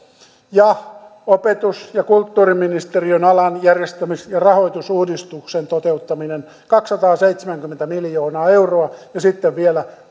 ja opetus ja kulttuuriministeriön alan järjestämis ja rahoitusuudistuksen toteuttamiseen kaksisataaseitsemänkymmentä miljoonaa euroa ja sitten vielä